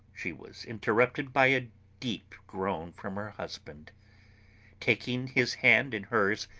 she was interrupted by a deep groan from her husband taking his hand in hers,